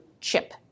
chip